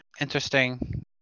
interesting